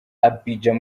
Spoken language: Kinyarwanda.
abidjan